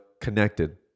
connected